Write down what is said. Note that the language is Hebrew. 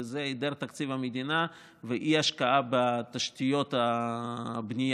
וזה היעדר תקציב המדינה ואי-השקעה בתשתיות הבנייה,